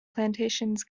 plantations